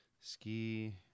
Ski